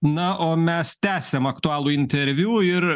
na o mes tęsiam aktualųjį interviu ir